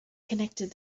connected